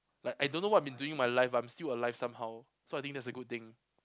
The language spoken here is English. like I don't know what I've been doing with my life but I'm still alive somehow so I think that's a good thing